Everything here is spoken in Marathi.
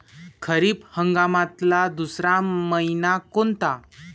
खरीप हंगामातला दुसरा मइना कोनता?